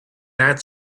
that